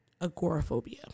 agoraphobia